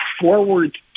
forward